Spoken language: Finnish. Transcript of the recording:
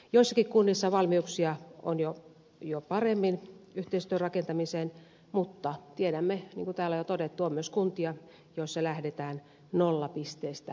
joissakin kunnissa valmiuksia on jo paremmin yhteistyön rakentamiseen mutta tiedämme niin kuin täällä on jo todettu että on myös kuntia joissa lähdetään nollapisteestä